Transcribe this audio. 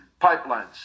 pipelines